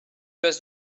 pas